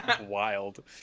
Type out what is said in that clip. wild